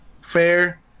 fair